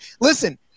Listen